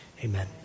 amen